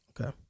Okay